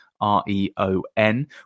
R-E-O-N